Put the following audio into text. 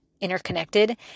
interconnected